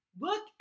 Look